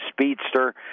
speedster